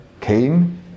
came